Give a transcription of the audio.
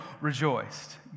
rejoiced